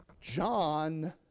John